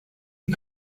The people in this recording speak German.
die